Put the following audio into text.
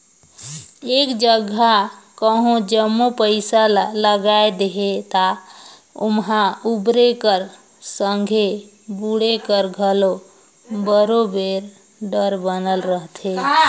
एक जगहा कहों जम्मो पइसा ल लगाए देहे ता ओम्हां उबरे कर संघे बुड़े कर घलो बरोबेर डर बनल रहथे